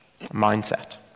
mindset